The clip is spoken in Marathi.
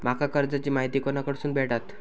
माका कर्जाची माहिती कोणाकडसून भेटात?